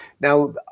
Now